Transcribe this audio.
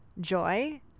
joy